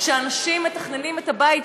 שאנשים מתכננים את הבית,